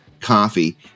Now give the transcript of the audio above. coffee